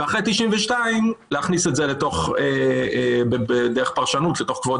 ואחרי 1992 להכניס את זה כפרשנות לתוך כבוד